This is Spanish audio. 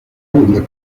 donde